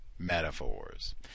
metaphors